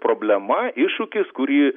problema iššūkis kurį